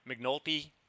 McNulty